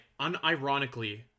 unironically